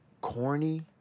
corny